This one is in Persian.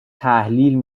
تحلیل